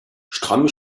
stramm